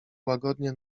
łagodnie